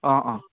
অঁ অঁ